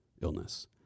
illness